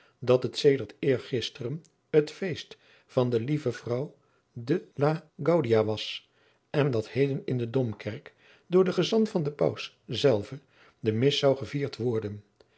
dat het sedert eergisteren het feest van de lieve vrouw de la gaudia was en dat heden in de dom kerk door den gezant van den paus zelven de mis zou gevierd worden